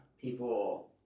people